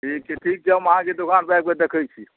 ठीक छै ठीक छै हम अहाँके दोकान पर आबि कऽ देखै छी